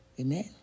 Amen